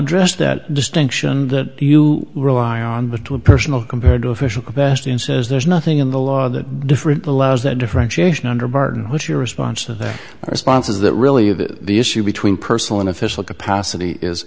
address that distinction that you rely on between personal compared to official capacity and says there's nothing in the law that different allows that differentiation under barton what's your response to their response is that really the issue between personal and official capacity is